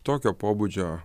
tokio pobūdžio